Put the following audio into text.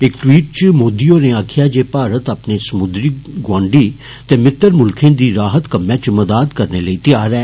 इक ट्वीट च श्री मोदी होरें आक्खेआ भारत अपने समुद्री गोआंडी ते मित्र मुल्खै दी राहत कम्मै च मदाद करने लेई तैयार ऐ